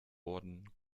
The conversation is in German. wurden